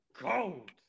Gold